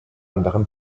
anderen